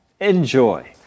enjoy